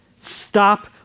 Stop